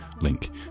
link